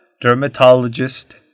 dermatologist